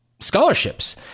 scholarships